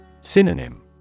Synonym